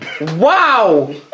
Wow